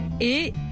et «